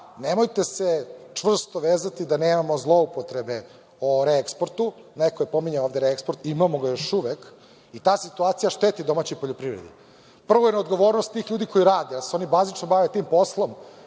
nemojte se čvrsto vezati da nemamo zloupotrebe o reeksportu, neko je pominjao ovde reeksport, imamo ga još uvek, i ta situacija šteti domaćoj poljoprivredi. Prvo je neodgovornost tih ljudi koji rade jer se oni bazično bave tim poslom,